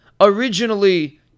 originally